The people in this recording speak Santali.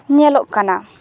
ᱧᱮᱞᱚᱜ ᱠᱟᱱᱟ